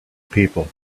people